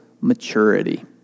maturity